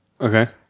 Okay